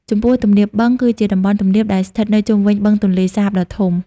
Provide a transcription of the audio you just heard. ចំពោះ ទំនាបបឹង គឺជាតំបន់ទំនាបដែលស្ថិតនៅជុំវិញបឹងទន្លេសាបដ៏ធំ។